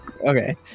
Okay